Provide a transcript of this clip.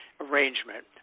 arrangement